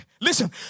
listen